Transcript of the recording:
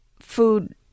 food